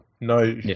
No